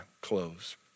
close